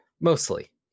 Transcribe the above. Mostly